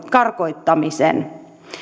karkottamisen